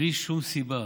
בלי שום סיבה.